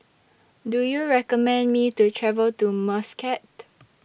Do YOU recommend Me to travel to Muscat